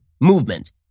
movement